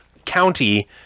County